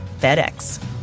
FedEx